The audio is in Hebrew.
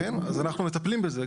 כן, אז אנחנו מטפלים בזה.